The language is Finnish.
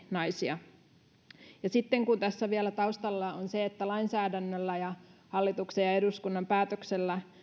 naisia sitten kun tässä vielä taustalla on se että lainsäädännöllä ja hallituksen ja eduskunnan päätöksellä